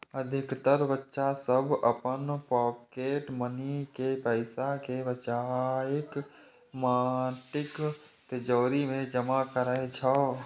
अधिकतर बच्चा सभ अपन पॉकेट मनी के पैसा कें बचाके माटिक तिजौरी मे जमा करै छै